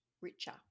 richer